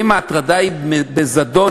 ואם ההטרדה היא בזדון,